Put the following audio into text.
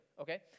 okay